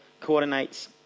coordinates